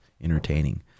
entertaining